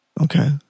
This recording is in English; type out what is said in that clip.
Okay